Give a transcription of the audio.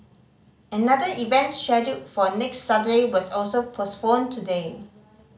another event scheduled for next Saturday was also postponed today